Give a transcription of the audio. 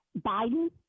Biden